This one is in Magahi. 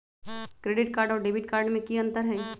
क्रेडिट कार्ड और डेबिट कार्ड में की अंतर हई?